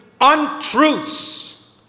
untruths